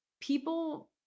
people